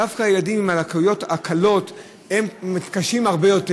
דווקא הילדים עם הלקויות הקלות מתקשים הרבה יותר.